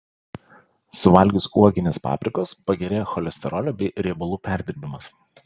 suvalgius uoginės paprikos pagerėja cholesterolio bei riebalų perdirbimas